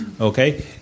Okay